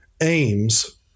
aims